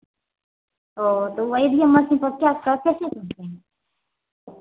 ओ तो वही लिए मशीन पर क्या कैसे खोलते हैं